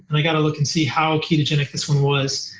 i got to look and see how ketogenic this one was.